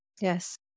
yes